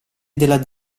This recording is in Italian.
della